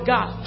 God